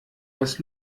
was